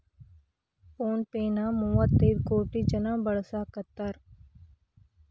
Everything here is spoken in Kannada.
ಫೋನ್ ಪೆ ನ ಮುವ್ವತೈದ್ ಕೋಟಿ ಜನ ಬಳಸಾಕತಾರ